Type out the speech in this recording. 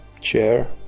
chair